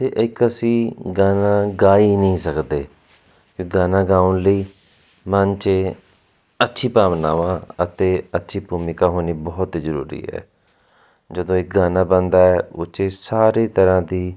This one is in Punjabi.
ਅਤੇ ਇੱਕ ਅਸੀਂ ਗਾਣਾ ਗਾ ਹੀ ਨਹੀਂ ਸਕਦੇ ਗਾਣਾ ਗਾਉਣ ਲਈ ਮਨ 'ਚ ਅੱਛੀ ਭਾਵਨਾਵਾਂ ਅਤੇ ਅੱਛੀ ਭੂਮਿਕਾ ਹੋਣੀ ਬਹੁਤ ਜ਼ਰੂਰੀ ਹੈ ਜਦੋਂ ਇੱਕ ਗਾਣਾ ਬਣਦਾ ਹੈ ਉਹ 'ਚ ਸਾਰੇ ਤਰ੍ਹਾਂ ਦੀ